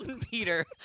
Peter